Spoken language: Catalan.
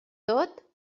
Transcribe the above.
tot